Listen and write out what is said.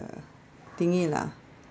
thingy lah